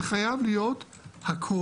זה חייב להיות הכול